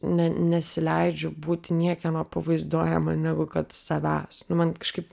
ne nesileidžiu būti niekieno pavaizduojama negu kad savęs nu man kažkaip